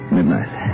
Midnight